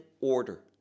order